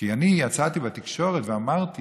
כי אני יצאתי בתקשורת ואמרתי